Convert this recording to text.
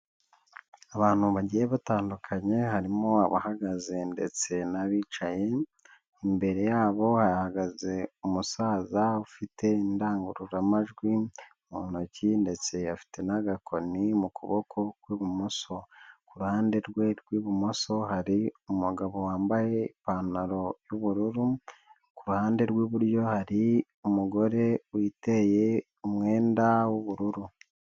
Abantu bagiye batandukanye, harimo abahagaze ndetse n'abicaye, imbere yabo hahagaze umusaza ufite indangururamajwi mu ntoki ndetse afite n'agakoni mu kuboko kw'ibumoso, ku ruhande rwe rw'ibumoso hari umugabo wambaye ipantaro y'ubururu, ku ruhande rw'iburyo hari umugore witeye umwenda w'ubururu.